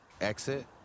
exit